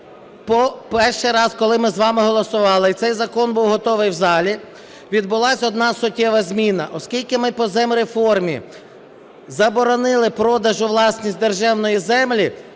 перший раз, коли ми з вами голосували, і цей закон був готовий в залі, відбулася одна суттєва зміна. Оскільки ми по земреформі заборонили продаж у власність державної землі,